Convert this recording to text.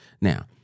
Now